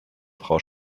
frau